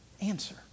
answer